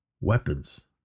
weapons